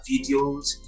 videos